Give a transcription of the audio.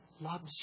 loves